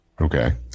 Okay